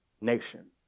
nation